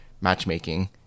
matchmaking